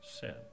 sin